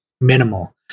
minimal